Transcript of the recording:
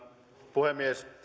puhemies